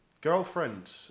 girlfriend